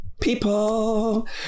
people